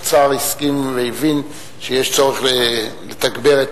שהאוצר הסכים והבין שיש צורך לתגבר את